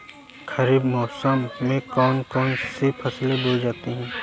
खरीफ मौसम में कौन कौन सी फसलें बोई जाती हैं?